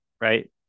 right